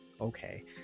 okay